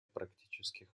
практических